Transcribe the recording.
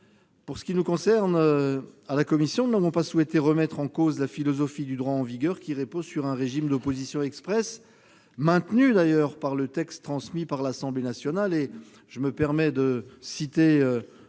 démarchés au téléphone ? La commission n'a pas souhaité remettre en cause la philosophie du droit en vigueur, qui repose sur un régime d'opposition expresse, maintenue d'ailleurs par le texte transmis par l'Assemblée nationale.